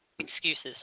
Excuses